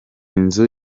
nzu